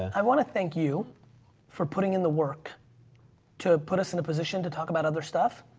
i want to thank you for putting in the work to put us in a position to talk about other stuff,